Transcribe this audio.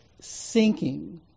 sinking